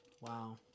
Wow